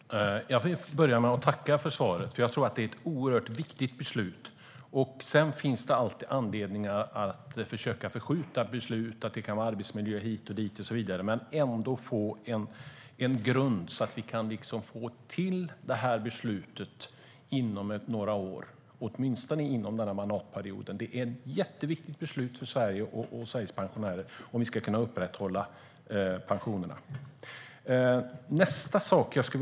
Fru talman! Jag vill börja med att tacka för svaret, för jag tror att detta är ett oerhört viktigt beslut. Sedan finns det alltid anledningar att försöka förskjuta beslut. Det kan vara arbetsmiljö hit och dit och så vidare. Men vi måste ändå få en grund så att vi kan fatta detta beslut åtminstone inom den här mandatperioden. Det är ett jätteviktigt beslut för Sverige och för om vi ska kunna upprätthålla pensionerna för Sveriges pensionärer.